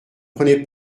prenez